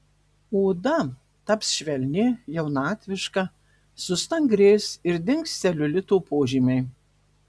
oda taps švelni jaunatviška sustangrės ir dings celiulito požymiai